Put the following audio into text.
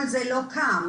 כל זה לא קם,